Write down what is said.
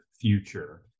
future